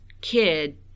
kid